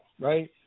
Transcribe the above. right